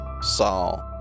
Saul